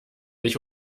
nicht